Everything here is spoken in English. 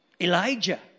Elijah